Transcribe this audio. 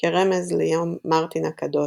כרמז ליום מרטין הקדוש,